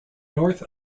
north